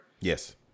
Yes